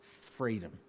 freedom